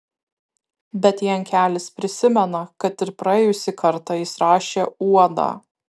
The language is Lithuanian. bet jankelis prisimena kad ir praėjusį kartą jis rašė uodą